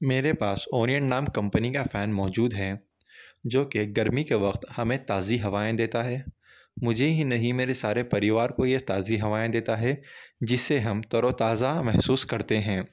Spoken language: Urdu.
میرے پاس اوریئن نام کمپنی کا فین موجود ہے جو کہ گرمی کے وقت ہمیں تازی ہوائیں دیتا ہے مجھے ہی نہیں میرے سارے پریوار کو یہ تازی ہوائیں دیتا ہے جس سے ہم تروتازہ محسوس کرتے ہیں